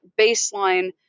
baseline